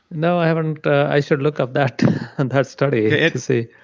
no, i haven't. i should look up that and that study to see.